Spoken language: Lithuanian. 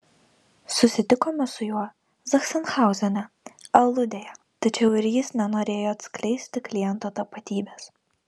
susitikome su juo zachsenhauzene aludėje tačiau ir jis nenorėjo atskleisti kliento tapatybės